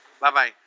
Bye-bye